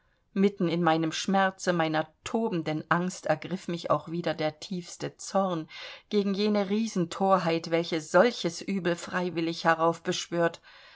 mitten in meinem schmerze meiner tobenden angst ergriff mich auch wieder der tiefste zorn gegen jene riesenthorheit welche solches übel freiwillig heraufbeschwört